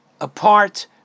apart